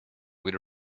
with